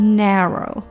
narrow